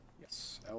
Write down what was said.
yes